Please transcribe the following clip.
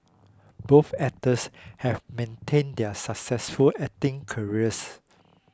both actors have maintained their successful acting careers